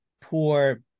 poor